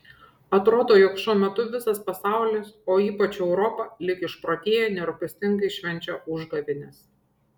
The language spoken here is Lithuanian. atrodo jog šiuo metu visas pasaulis o ypač europa lyg išprotėję nerūpestingai švenčia užgavėnes